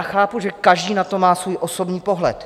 Chápu, že každý na to má svůj osobní pohled.